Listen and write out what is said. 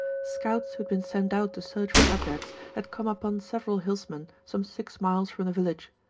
scouts who had been sent out to search for abreks had come upon several hillsmen some six miles from the village.